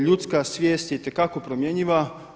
Ljudska svijest je itekako promjenjiva.